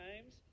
times